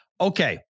Okay